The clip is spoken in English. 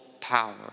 power